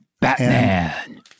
Batman